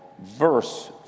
verse